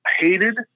hated